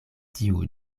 tiu